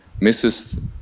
misses